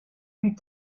plus